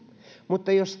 mutta jos